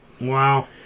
Wow